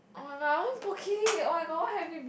oh-my-god I want Boat-Quay oh-my-god what have you